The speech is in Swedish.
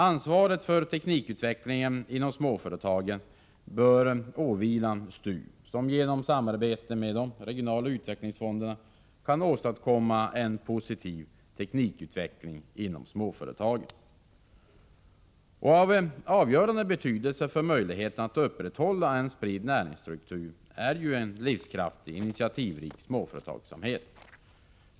Ansvaret för teknikutvecklingen inom småföretagen bör åvila STU, som genom samarbete med de regionala utvecklingsfonderna kan åstadkomma en positiv teknikutveckling inom småföretagen. Av avgörande betydelse för möjligheterna att upprätthålla en spridd näringsstruktur är ju en livskraftig initiativrik småföretagsamhet.